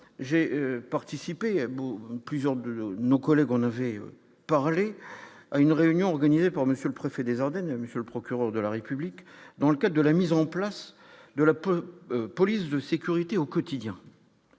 j'ai participé plusieurs de nos collègues, on avait parlé à une réunion organisée par Monsieur le préfet des Ardennes, monsieur le procureur de la République, dans le cas de la mise en place de la peu police de sécurité au quotidien,